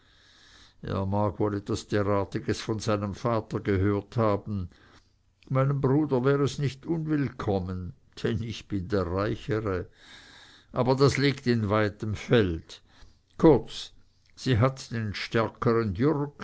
er mag wohl derartiges von seinem vater gehört haben meinem bruder wär es nicht unwillkommen denn ich bin der reichere aber das liegt in weitem felde kurz sie hat den stärkern jürg